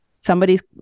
somebody's